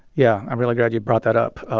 yeah, i'm really glad you brought that up.